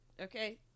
Okay